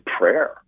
prayer